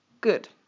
good